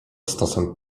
stosem